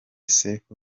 sefu